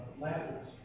ladders